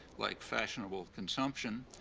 like fashionable consumption,